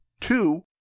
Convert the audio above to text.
Two